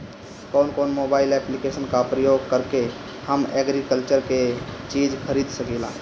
कउन कउन mobile application का प्रयोग करके हम एग्रीकल्चर के चिज खरीद सकिला?